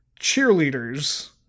cheerleaders